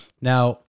Now